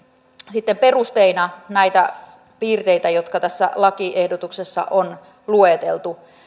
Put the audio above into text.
sitten perusteina juuri näitä piirteitä jotka tässä lakiehdotuksessa on lueteltu